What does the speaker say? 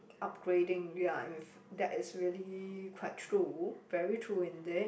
upgrading ya it's that is really quite true very true indeed